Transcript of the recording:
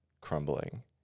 crumbling